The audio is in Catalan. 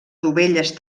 dovelles